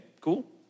Cool